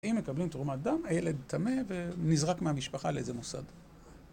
אם מקבלים תרומת דם, הילד טמא ונזרק מהמשפחה לאיזה מוסד.